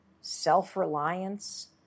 self-reliance